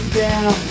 down